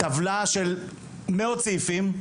טבלה של מאות סעיפים,